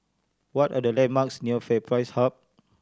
what are the landmarks near FairPrice Hub